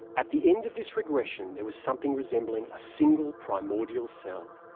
at the end of this regression, there was something resembling a single primordial cell,